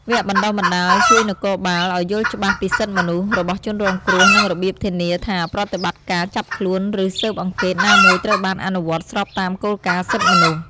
វគ្គបណ្តុះបណ្តាលជួយនគរបាលឱ្យយល់ច្បាស់ពីសិទ្ធិមនុស្សរបស់ជនរងគ្រោះ និងរបៀបធានាថាប្រតិបត្តិការចាប់ខ្លួនឬស៊ើបអង្កេតណាមួយត្រូវបានអនុវត្តស្របតាមគោលការណ៍សិទ្ធិមនុស្ស។